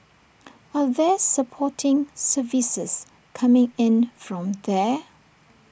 are there supporting services coming in from there